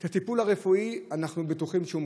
את הטיפול הרפואי אנחנו בטוחים שהוא מקבל.